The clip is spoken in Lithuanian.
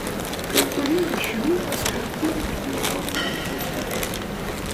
kai kurie iš jų paskelbti ichtiologiniais draustiniais